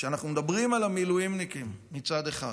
שאנחנו מדברים על המילואימניקים מצד אחד